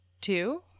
two